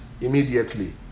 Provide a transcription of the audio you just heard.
immediately